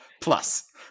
plus